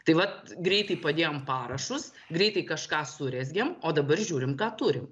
tai vat greitai padėjom parašus greitai kažką surezgėm o dabar žiūrim ką turim